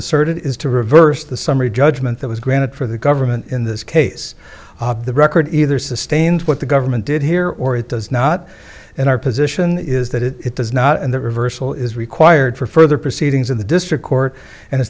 asserted is to reverse the summary judgment that was granted for the government in this case the record either sustains what the government did here or it does not in our position is that it does not and the reversal is required for further proceedings in the district court and